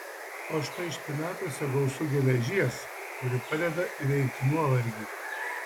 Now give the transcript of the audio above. o štai špinatuose gausu geležies kuri padeda įveikti nuovargį